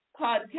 podcast